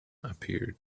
appeared